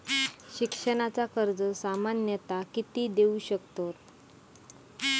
शिक्षणाचा कर्ज सामन्यता किती देऊ शकतत?